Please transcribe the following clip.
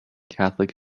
catholic